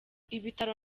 ibitaro